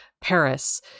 Paris